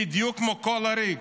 בדיוק כמו כל עריק.